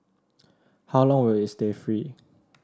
how long will it stay free